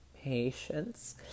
patience